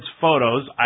photos